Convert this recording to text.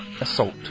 assault